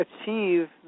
achieve